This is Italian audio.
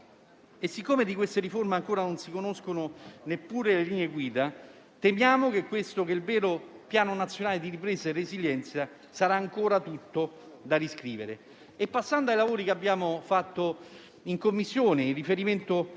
Siccome di queste riforme ancora non si conoscono neppure le linee guida, temiamo che il vero Piano nazionale di ripresa e resilienza sarà ancora tutto da riscrivere. Passando ai lavori che abbiamo fatto in Commissione con riferimento